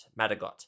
Madagot